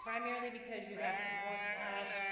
primarily because you have more cash